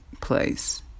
place